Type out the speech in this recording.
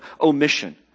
omission